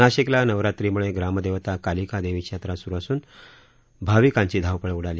नाशिकला नवरात्रीम्ळे ग्राम देवता कालिका देवीची यात्रा सुरू असून भाविकांची धावपळ उडाली